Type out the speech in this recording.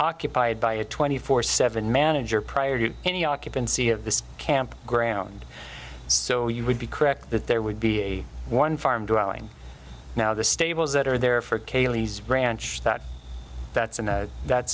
occupied by a twenty four seven manager prior to any occupancy of the camp ground so you would be correct that there would be a one farm drawing now the stables that are there for caylee's branch that that's and that